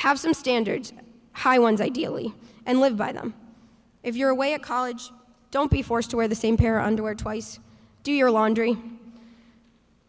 have some standards high ones ideally and live by them if you're away at college don't be forced to wear the same pair underwear twice do your laundry